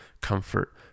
comfort